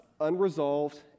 unresolved